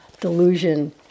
delusion